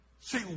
See